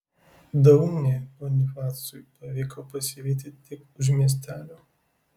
daunį bonifacui pavyko pasivyti tik už miestelio